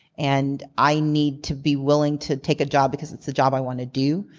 and i need to be willing to take a job because it's the job i want to do,